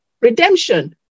redemption